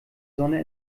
sonne